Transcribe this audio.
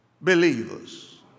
believers